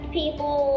people